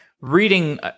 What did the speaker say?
reading